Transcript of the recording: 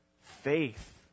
faith